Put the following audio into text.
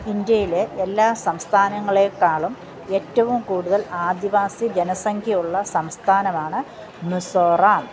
ഇൻഡ്യയിലെ എല്ലാ സംസ്ഥാനങ്ങളേക്കാളും ഏറ്റവും കൂടുതൽ ആദിവാസി ജനസംഖ്യയുള്ള സംസ്ഥാനമാണ് മിസോറാം